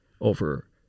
over